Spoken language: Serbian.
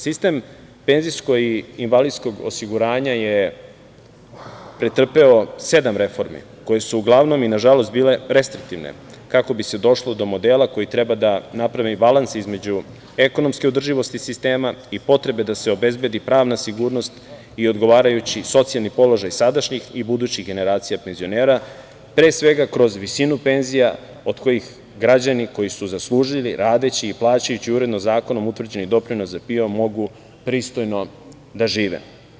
Sistem PIO je pretrpeo sedam reformi koje su uglavnom i nažalost bile restriktivne, kako bi se došlo do modela koji treba da napravi balans između ekonomske održivosti sistema i potrebe da se obezbedi pravna sigurnost i odgovarajući socijalni položaj sadašnjih i budućih generacija penzionera, kroz visinu penzija od kojih građani koji su zaslužili, radeći i plaćajući uredno zakonom utvrđen doprinos za PIO, mogu pristojno da žive.